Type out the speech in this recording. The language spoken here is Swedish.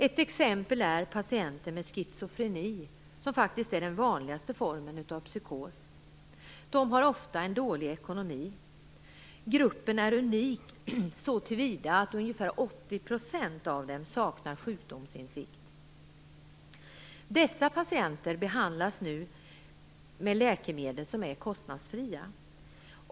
Ett exempel är patienter med schizofreni, som faktiskt är den vanligaste formen av psykos. De har ofta dålig ekonomi. Gruppen är unik så till vida att ungefär 80 % saknar sjukdomsinsikt. Dessa patienter behandlas nu med läkemedel som är kostnadsfria.